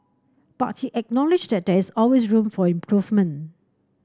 but he acknowledged that there is always room for improvement